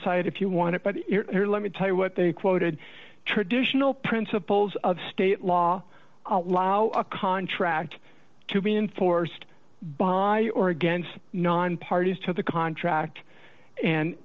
cite if you want it but here let me tell you what they quoted traditional principles of state law allow a contract to be enforced by or against non parties to the contract and